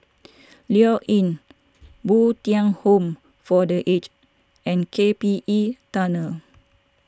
Lloyds Inn Bo Tien Home for the Aged and K P E Tunnel